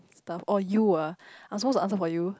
oh you ah I'm supposed to answer for you